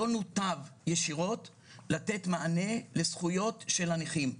לא נותב ישירות לתת מענה לזכויות של הנכים.